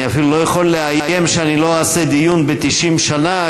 אני אפילו לא יכול לאיים שאני לא אעשה דיון ב-90 שנה,